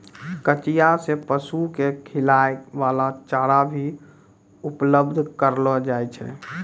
कचिया सें पशु क खिलाय वाला चारा भी उपलब्ध करलो जाय छै